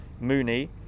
Mooney